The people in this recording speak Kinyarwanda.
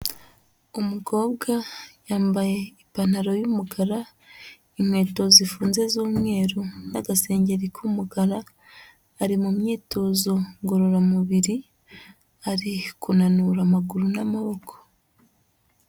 Umukobwa yambaye ipantaro y'umukara, inkweto zifunze z'umweru n'agasengeri k'umukara, ari mu myitozo ngororamubiri, ari kunanura amaguru n'amaboko.